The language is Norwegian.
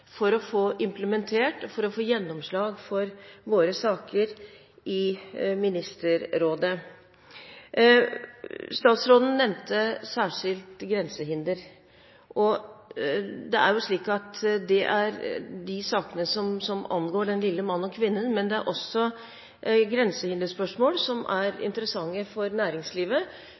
for å få implementert og få gjennomslag for våre saker i Ministerrådet. Statsråden nevnte særskilt grensehinder. Det er de sakene som angår den lille mann og kvinne, men det er også grensehinderspørsmål som er interessante for næringslivet,